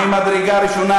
ממדרגה ראשונה.